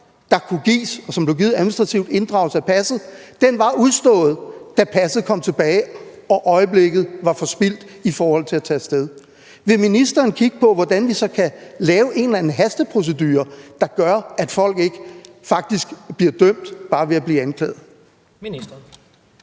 der kunne gives, og som blev givet administrativt ved inddragelse af passet, var udstået, da passet kom tilbage og øjeblikket var forspildt i forhold til at tage af sted. Vil ministeren kigge på, hvordan vi så kan lave en eller anden hasteprocedure, der gør, at folk ikke rent faktisk bliver dømt bare ved at blive anklaget? Kl.